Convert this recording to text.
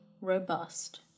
robust